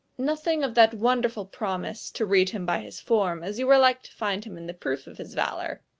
nothing of that wonderful promise, to read him by his form, as you are like to find him in the proof of his valour.